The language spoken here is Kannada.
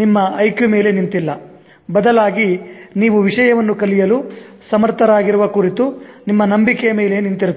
ನಿಮ್ಮ IQ ಮೇಲೆ ನಿಂತಿಲ್ಲ ಬದಲಾಗಿ ನೀವು ವಿಷಯವನ್ನು ಕಲಿಯಲು ಸಮರ್ಥರಾಗಿರುವ ಕುರಿತ ನಿಮ್ಮ ನಂಬಿಕೆಯ ಮೇಲೆ ನಿಂತಿರುತ್ತದೆ